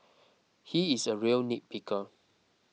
he is a real nitpicker